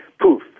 poof